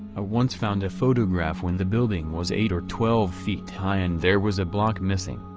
once found a photograph when the building was eight or twelve feet high and there was a block missing.